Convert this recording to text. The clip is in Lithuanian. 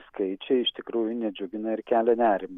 skaičiai iš tikrųjų nedžiugina ir kelia nerimą